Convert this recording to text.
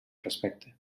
respecte